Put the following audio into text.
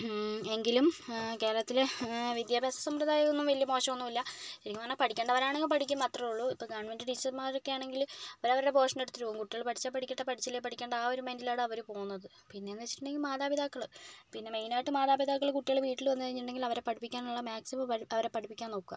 എങ്കിലും കേരളത്തിൽ വിദ്യാഭ്യാസ സമ്പ്രദായം ഒന്നും വലിയ മോശമൊന്നുമല്ല ശരിക്കും പറഞ്ഞാൽ പഠിക്കേണ്ടവരാണെങ്കിൽ പഠിക്കും അത്രയേ ഉള്ളു ഇപ്പോൾ ഗവൺമെൻറ്റ് ടീച്ചർമാരൊക്കെ ആണെങ്കിൽ അവർ അവരുടെ പോർഷൻ എടുത്തിട്ട് പോകും കുട്ടികൾ പഠിച്ചാൽ പഠിക്കട്ടെ പഠിച്ചില്ലെങ്കിൽ പഠിക്കണ്ട ആ ഒരു മൈൻഡിലാണ് അവർ പോകുന്നത് പിന്നെ എന്ന് വെച്ചിട്ടുണ്ടെങ്കിൽ മാതാപിതാക്കൾ പിന്നെ മെയിൻ ആയിട്ടും മാതാപിതാക്കൾ കുട്ടികൾ വീട്ടിൽ വന്നു കഴിഞ്ഞിട്ടുണ്ടെങ്കിൽ പഠിപ്പിക്കാനുള്ള മാക്സിമം അവരെ പഠിപ്പിക്കാൻ നോക്കുക